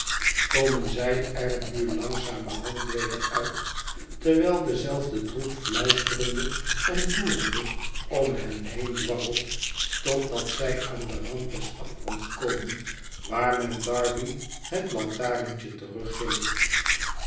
komen zij er nu langzamerhand weder uit terwijl dezelfde troep fluitende en loerende om hen heen dwarrelt totdat zij aan den rand des afgronds komen waar men darby het lantarentje teruggeeft